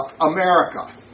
America